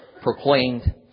proclaimed